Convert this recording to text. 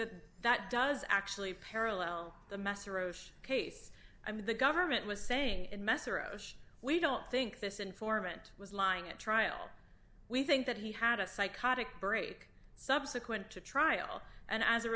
that that does actually parallel the mesereau case i mean the government was saying and mesereau we don't think this informant was lying at trial we think that he had a psychotic break subsequent to trial and as a